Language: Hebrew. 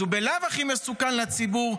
אז הוא בלאו הכי מסוכן לציבור,